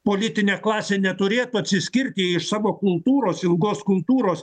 politinė klasė neturėtų atsiskirti iš savo kultūros ilgos kultūros